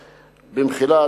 במחילה,